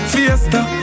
Fiesta